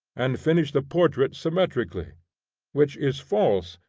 and finish the portrait symmetrically which is false,